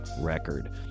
record